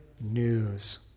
news